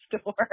store